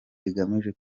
igamije